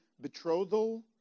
betrothal